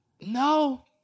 No